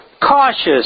cautious